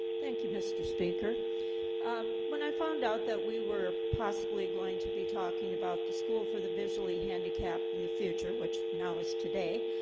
thank you mr. speaker um when i found out that we were possibly going to be talking about the school for the visually handicapped in the future which now is today?